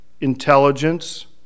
intelligence